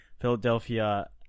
Philadelphia